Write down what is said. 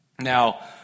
Now